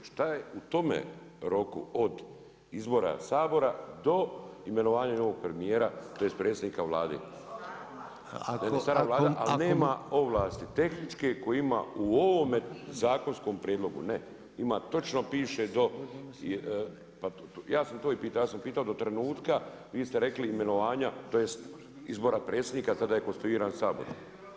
Šta je u tome roku od izbora Sabora do imenovanja novog premijera bez predsjednika Vlade? … [[Govornici govore u glas, ne razumije se.]] A nema ovlasti tehničke koje ima u ovome zakonsku prijedlogu. … [[Upadica se ne čuje.]] Ne, ima, točno piše do, …… [[Upadica se ne čuje.]] Pa, ja sam to i pitao, ja sam pitao do trenutka, vi ste rekli imenovanja tj. izbora predsjednika a tada je konstituiran Sabor.